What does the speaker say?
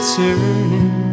turning